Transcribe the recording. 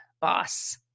boss